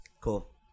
cool